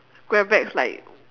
grab bag is like